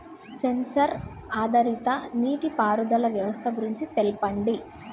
Censor ఆధారిత నీటిపారుదల వ్యవస్థ గురించి తెల్పండి?